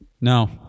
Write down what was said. No